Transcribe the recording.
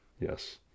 Yes